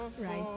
right